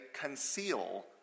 conceal